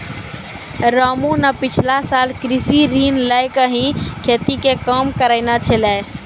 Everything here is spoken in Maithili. रामू न पिछला साल कृषि ऋण लैकॅ ही खेती के काम करनॅ छेलै